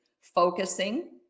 focusing